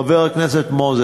חבר הכנסת מוזס,